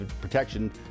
protection